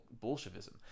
bolshevism